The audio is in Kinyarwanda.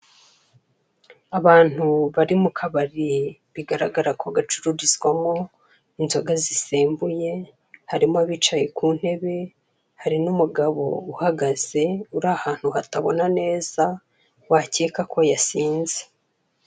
Abantu bari mu kabari bigaragara ko gacururizwamo inzoga zisembuye, harimo abicaye ku ntebe, hari n'umugabo uhagaze uri ahantu hatabona neza, wakeka ko yasinze.